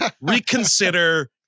reconsider